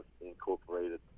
incorporated